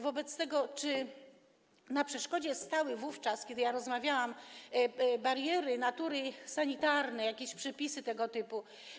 Wobec tego czy na przeszkodzie stały wówczas, kiedy ja rozmawiałam, bariery natury sanitarnej, jakieś przepisy tego typu?